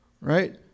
right